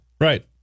Right